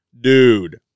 dude